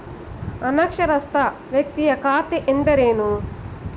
ಅನಕ್ಷರಸ್ಥ ವ್ಯಕ್ತಿಯ ಖಾತೆ ಎಂದರೇನು?